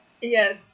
yes